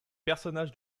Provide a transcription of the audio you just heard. personnages